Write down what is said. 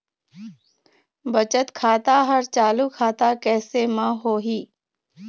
बचत खाता हर चालू खाता कैसे म होही?